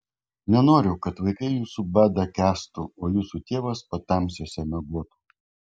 nenoriu kad vaikai jūsų badą kęstų o jūsų tėvas patamsiuose miegotų